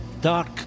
dark